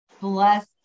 bless